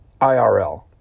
IRL